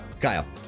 Kyle